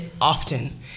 often